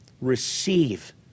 Receive